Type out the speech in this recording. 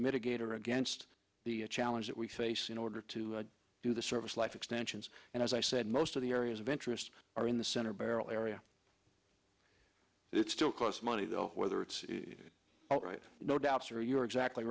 mitigator against the challenge that we face in order to do the service life extensions and as i said most of the areas of interest are in the center barrel area it still costs money the whether it's all right no doubts or you're exactly